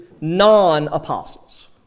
non-apostles